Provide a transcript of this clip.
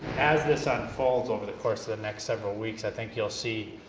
as this unfolds over the course of the next several weeks, i think you'll see